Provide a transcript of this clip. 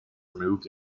removed